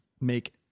make